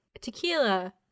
tequila